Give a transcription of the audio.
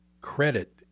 credit